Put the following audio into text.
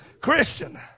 Christian